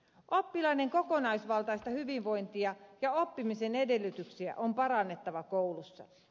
oppilaiden kokonaisvaltaista hyvinvointia ja oppimisen edellytyksiä on parannettava koulussa